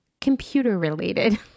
computer-related